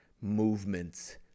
movements